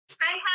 Hi